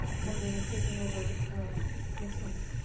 ah wonder woman taking over nixon's